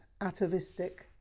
atavistic